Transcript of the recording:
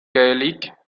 gaélique